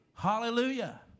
Hallelujah